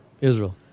Israel